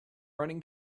running